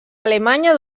alemanya